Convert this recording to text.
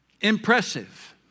Impressive